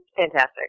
Fantastic